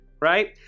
right